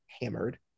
hammered